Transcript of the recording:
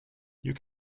you